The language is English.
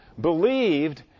believed